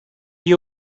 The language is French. lié